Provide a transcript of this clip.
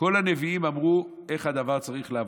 כל הנביאים אמרו איך הדבר הזה צריך לעבוד.